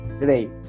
today